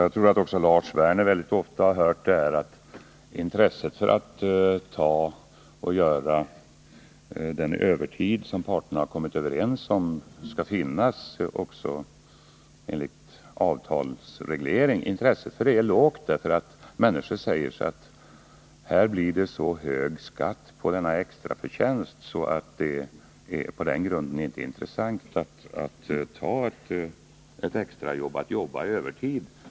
Jag tror att också Lars Werner väldigt ofta har hört att intresset för att göra den övertid som parterna har kommit överens om skall finnas och som också är avtalsreglerad är lågt, därför att människor säger sig att det blir så hög skatt på denna extraförtjänst att det på den grunden är ointressant att ta ett extrajobb eller arbeta övertid.